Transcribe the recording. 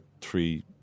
three